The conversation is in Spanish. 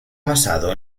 basado